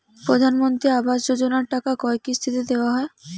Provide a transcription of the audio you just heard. প্রধানমন্ত্রী আবাস যোজনার টাকা কয় কিস্তিতে দেওয়া হয়?